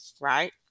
right